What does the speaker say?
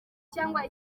cyangwa